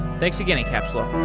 thanks again, incapsula